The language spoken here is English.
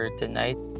tonight